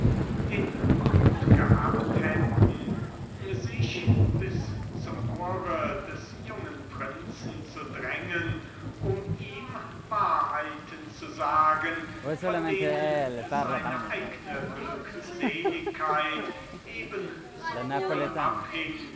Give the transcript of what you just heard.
den mut gehabt hätten sich durch diese letztern hindurch bis zu dem ohre des jungen prinzen zu drängen um ihm wahrheiten zu sagen von denen seine eigene glückseligkeit eben so wohl abhing